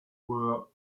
were